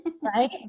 Right